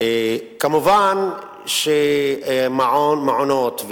כמובן שמעונות,